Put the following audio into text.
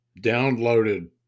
downloaded